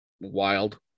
wild